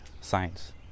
science